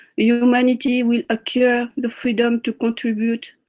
you know humanity will acquire the freedom to contribute,